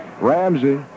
Ramsey